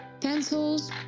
Pencils